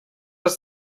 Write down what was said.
does